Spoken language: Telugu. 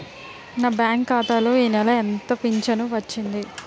నా బ్యాంక్ ఖాతా లో ఈ నెల ఎంత ఫించను వచ్చింది?